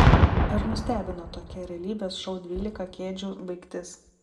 ar nustebino tokia realybės šou dvylika kėdžių baigtis